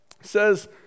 says